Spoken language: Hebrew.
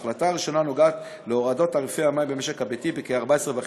ההחלטה הראשונה נוגעת להורדת תעריפי המים במשק הביתי בכ-14.5%.